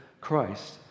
Christ